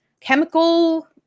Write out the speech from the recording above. chemical